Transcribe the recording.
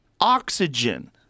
oxygen